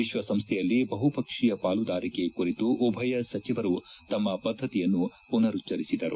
ವಿಶ್ವಸಂಸ್ಥೆಯಲ್ಲಿ ಬಹುಪಕ್ಷೀಯ ಪಾಲುದಾರಿಕೆ ಕುರಿತು ಉಭಯ ಸಚಿವರು ತಮ್ಮ ಬದ್ಧತೆಯನ್ನು ಮನರುಚ್ಚರಿಸಿದರು